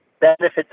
benefits